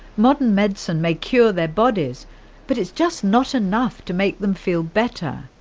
modern medicine may cure their bodies but it's just not enough to make them feel better.